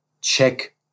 check